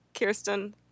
Kirsten